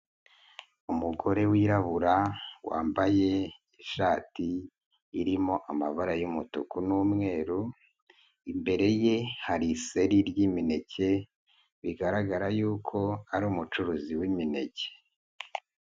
Umugore wirabura wambaye ishati irimo amabara y'umutuku n'umweru, imbere ye hari iseri ry'imineke, bigaragara y'uko ari umucuruzi w'imineke.